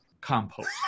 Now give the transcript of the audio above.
compost